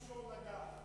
שור שנגח.